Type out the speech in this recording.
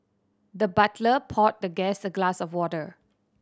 the butler poured the guest a glass of water